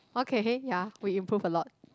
okay ya we improve a lot